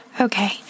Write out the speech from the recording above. Okay